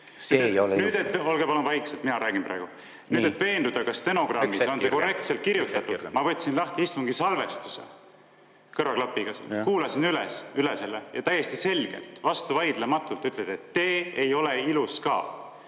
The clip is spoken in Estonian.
See ei ole ilus. Olge palun vaikselt, mina räägin praegu. Nüüd, et veenduda, kas stenogrammis on see korrektselt kirjutatud, ma võtsin lahti istungi salvestuse, kõrvaklapiga kuulasin selle üle ja täiesti selgelt, vastuvaidlematult ütlete, et te ei ole ilus ka.